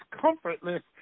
comfortless